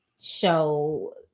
show